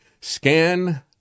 scan